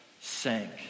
sank